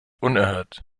unerhört